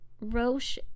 Roche